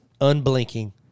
unblinking